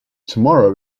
tomorrow